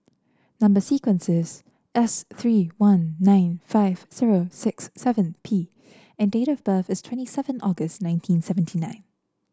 number sequence is S three one nine five zero six seven P and date of birth is twenty seven August nineteen seventy nine